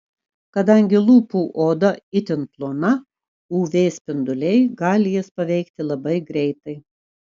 kadangi lūpų oda itin plona uv spinduliai gali jas paveikti labai greitai